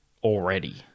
already